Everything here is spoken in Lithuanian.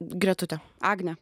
gretutė agnė